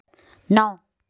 नौ